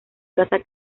casa